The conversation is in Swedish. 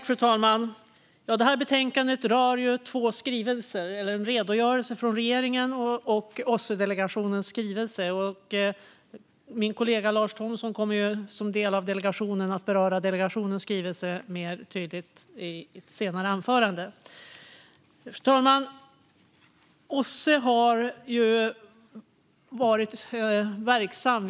Fru talman! Det betänkande vi nu debatterar rör två dokument: en redogörelse från regeringen och OSSE-delegationens skrivelse. Min kollega Lars Thomsson, som ingår i delegationen, kommer att beröra delegationens skrivelse mer tydligt i ett senare anförande. Fru talman! OSSE har varit verksamt länge.